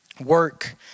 Work